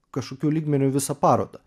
kažkokiu lygmeniu visą parodą